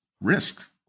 risk